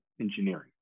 engineering